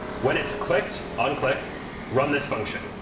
when it's clicked on click run this function.